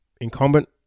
incumbent